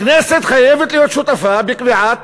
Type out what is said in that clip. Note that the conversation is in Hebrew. הכנסת חייבת להיות שותפה בקביעת